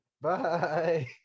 Bye